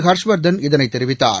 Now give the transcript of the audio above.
ஹர்ஷ்வர்தன் இதை தெரிவித்தார்